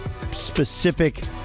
specific